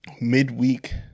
midweek